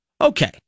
Okay